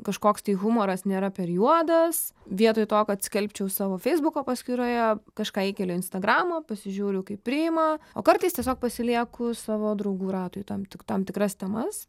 kažkoks tai humoras nėra per juodas vietoj to kad skelbčiau savo feisbuko paskyroje kažką įkeliu į instagramą pasižiūriu kaip priima o kartais tiesiog pasilieku savo draugų ratui tam tik tam tikras temas